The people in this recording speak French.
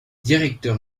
directeur